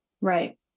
Right